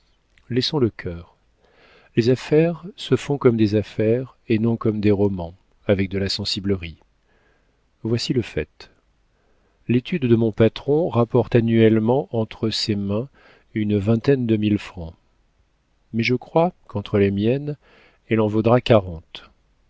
laissons le cœur les affaires se font comme des affaires et non comme des romans avec de la sensiblerie voici le fait l'étude de mon patron rapporte annuellement entre ses mains une vingtaine de mille francs mais je crois qu'entre les miennes elle en vaudra